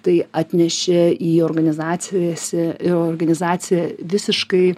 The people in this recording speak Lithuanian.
tai atnešė į organizacijose organizaciją visiškai